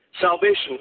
salvation